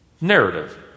narrative